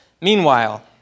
Meanwhile